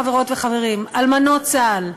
חברות וחברים: אלמנות צה"ל,